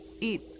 eat